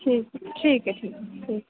ठीक ठीक ऐ ठीक